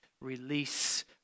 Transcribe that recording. release